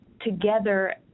together